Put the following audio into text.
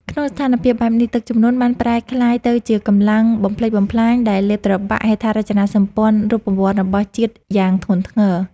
ក្នុងស្ថានភាពបែបនេះ ទឹកជំនន់បានប្រែក្លាយទៅជាកម្លាំងបំផ្លិចបំផ្លាញដែលលេបត្របាក់ហេដ្ឋារចនាសម្ព័ន្ធរូបវន្តរបស់ជាតិយ៉ាងធ្ងន់ធ្ងរ។